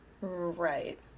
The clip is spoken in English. right